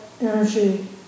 energy